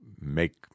make